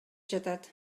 жатат